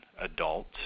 adult